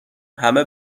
همه